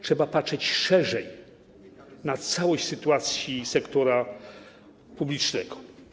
Trzeba patrzeć szerzej na całość sytuacji sektora publicznego.